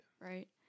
right